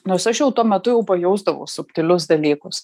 nors aš jau tuo metu jau pajausdavau subtilius dalykus